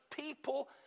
people